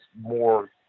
more